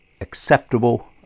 acceptable